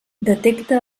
detecta